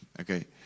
Okay